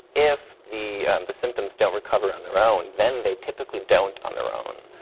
if the the symptoms don't recover on their own, then they typically don't on their own.